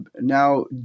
now